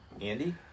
Andy